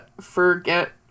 forget